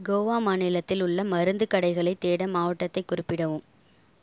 கோவா மாநிலத்தில் உள்ள மருந்துக் கடைகளைத் தேட மாவட்டத்தைக் குறிப்பிடவும்